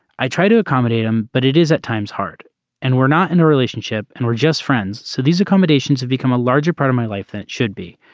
i try to accommodate him but it is at times hard and we're not in a relationship and we're just friends. so these accommodations have become a larger part of my life than it should be.